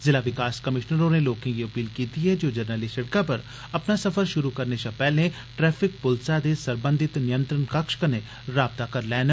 जिला विकास कमिशनर होरें लोकें गी अपील कीती ऐ जे ओह् जरनैली सिड़कै पर अपना सफर शुरु करने शा पैहले ट्रैफिक प्लसा दे सरबधात नियावण कक्ष कन्नै राबता करी लैन